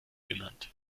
genannt